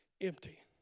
Empty